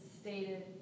stated